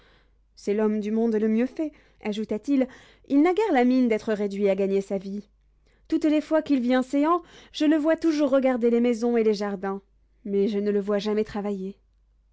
c'est l'homme du monde le mieux fait ajouta-t-il il n'a guère la mine d'être réduit à gagner sa vie toutes les fois qu'il vient céans je le vois toujours regarder les maisons et les jardins mais je ne le vois jamais travailler